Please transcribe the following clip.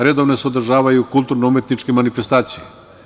Redovno se održavaju kulturno-umetničke manifestacije.